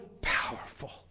powerful